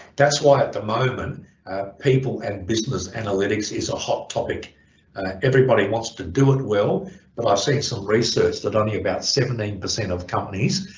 that's why at the moment people and business analytics is a hot topic and everybody wants to do it well but i've seen some research that only about seventeen percent of companies